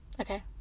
Okay